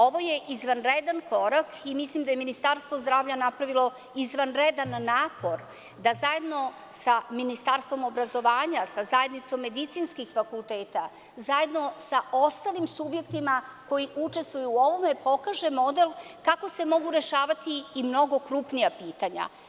Ovo je izvanredan porok i mislim da je Ministarstvo zdravlja napravilo izvanredan napor da zajedno sa Ministarstvom obrazovanja, sa zajednicom medicinskih fakultet, zajedno sa ostalim subjektima koji učestvuju u ovome pokaže model kako se mogu rešavati i mnogo krupnija pitanja.